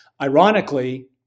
Ironically